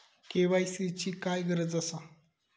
KYC ची काय गरज आसा?